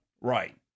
Right